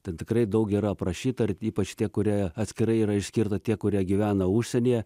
ten tikrai daug yra aprašyta ir ypač tie kurie atskirai yra išskirta tie kurie gyvena užsienyje